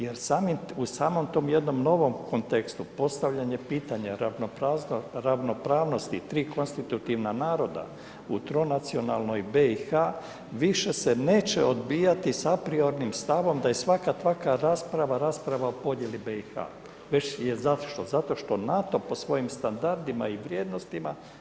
Jer u samom tom jednom novom kontekstu postavljanje pitanja ravnopravnosti 3 konstitutivna naroda u tronacionalnoj BiH više se neće odbijati s apriornim stavom da je svaka takva rasprava, rasprava o podjeli BiH, već je zašto, zato što NATO po svojim standardima i vrijednostima